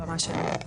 הבמה שלך.